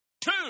Two